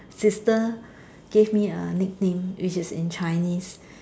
sister gave me a nickname which is in Chinese